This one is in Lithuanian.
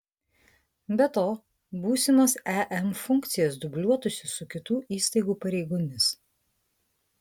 be to būsimos em funkcijos dubliuotųsi su kitų įstaigų pareigomis